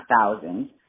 thousands